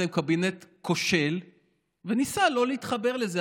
הוא קבינט כושל וניסה לא להתחבר לזה.